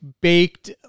baked